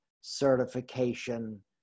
certification